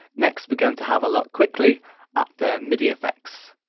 next we're going to have a look quickly at the midi effects.